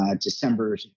December